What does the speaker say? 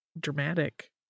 dramatic